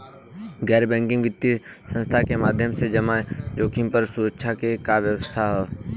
गैर बैंकिंग वित्तीय संस्था के माध्यम से जमा जोखिम पर सुरक्षा के का व्यवस्था ह?